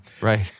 Right